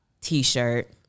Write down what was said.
T-shirt